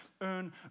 earn